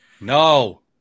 No